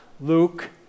Luke